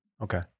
Okay